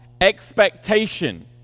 expectation